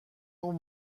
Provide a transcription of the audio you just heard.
اون